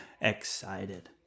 excited